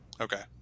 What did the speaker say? Okay